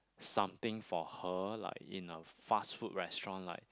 something for her like in a fast food restaurant like